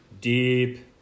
deep